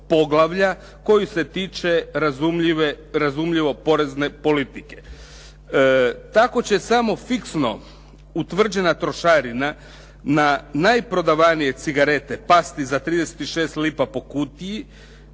koje se tiče razumljivo porezne politike. Tako će samo fiksno utvrđena trošarina na najprodavanije cigarete pasti za 36 lipa po kutiji,